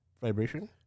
vibration